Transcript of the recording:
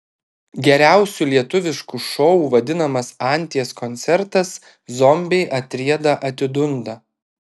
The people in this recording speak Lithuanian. geriausiu lietuvišku šou vadinamas anties koncertas zombiai atrieda atidunda